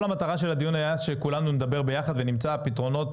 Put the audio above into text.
כל המטרה של הדיון היה שכולנו נדבר ביחד ונמצא פתרונות